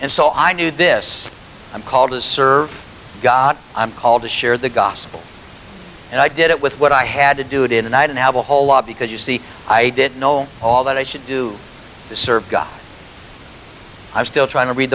and so i knew this i'm called to serve god i'm called to share the gospel and i did it with what i had to do to night and have a whole lot because you see i didn't know all that i should do to serve god i'm still trying to read